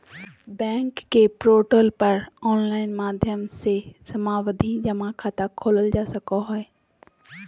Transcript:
bank के portal पर online माध्यम से सावधि जमा खाता खोलल जा सको हय